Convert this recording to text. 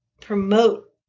promote